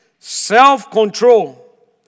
Self-control